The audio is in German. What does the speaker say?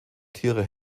tiere